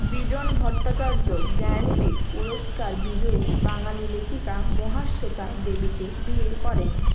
বিজন ভট্টাচার্য জ্ঞানপীঠ পুরস্কার বিজয়ী বাঙালি লেখিকা মহাশ্বেতা দেবীকে বিয়ে করেন